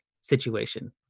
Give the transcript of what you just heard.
situation